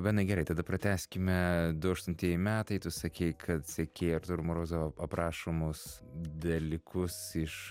benai gerai tada pratęskime du aštuntieji metai tu sakei kad sekei artūro ir morozovo aprašomus dalykus iš